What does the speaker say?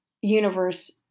universe